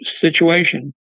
situation